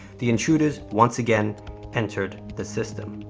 the intruders once again entered the system.